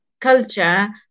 culture